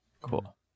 Cool